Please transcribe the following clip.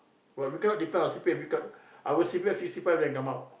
but we cannot depend on C_P_F because our C_P_F sixty five then come out